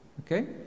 okay